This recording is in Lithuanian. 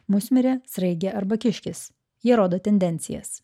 musmirė sraigė arba kiškis jie rodo tendencijas